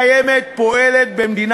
מכיוון שיגדירו את זה כעבירת ביטחון בהתחלת